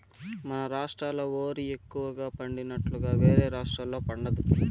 మన రాష్ట్రాల ఓరి ఎక్కువగా పండినట్లుగా వేరే రాష్టాల్లో పండదు